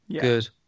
Good